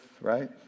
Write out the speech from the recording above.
right